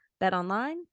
BetOnline